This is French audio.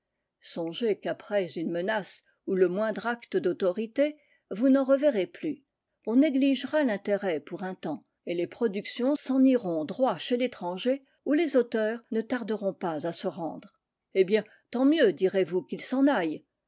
songez qu'après une menace ou le moindre acte d'autorité vous n'en reverrez plus on négligera l'intérêt pour un temps et les productions s'en iront droit chez l'étranger où les auteurs ne tarderont pas à se rendre eh bien tant mieux direz-vous qu'ils s'en aillent